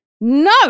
No